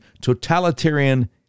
totalitarian